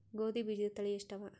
ಗೋಧಿ ಬೀಜುದ ತಳಿ ಎಷ್ಟವ?